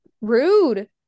rude